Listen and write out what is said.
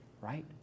right